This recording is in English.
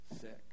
sick